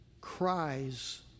cries